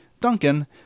Duncan